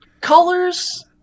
colors